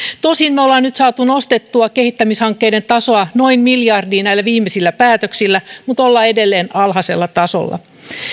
tosin me olemme nyt saaneet nostettua kehittämishankkeiden tasoa noin miljardiin näillä viimeisillä päätöksillä mutta olemme edelleen alhaisella tasolla